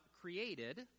created